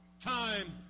time